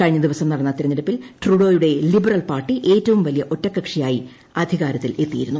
കഴിഞ്ഞ ദിവസം നടന്നു തിരഞ്ഞെടുപ്പിൽ ട്രൂഡോയുടെ ലിബറൽ പാർട്ടി ഏറ്റവും വലിയ ഒറ്റക്ക്ഷിയ്യായി അധികാരത്തിലെത്തിയിരുന്നു